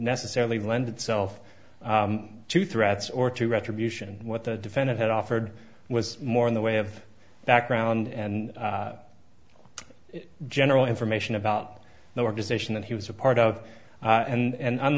necessarily lend itself to threats or to retribution what the defendant had offered was more in the way of background and general information about the organization that he was a part of and